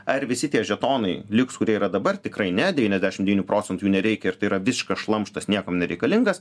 ar visi tie žetonai liks kurie yra dabar tikrai ne devyniasdešimt devyni procentų jų nereikia ir tai yra visiškas šlamštas niekam nereikalingas